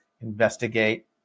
investigate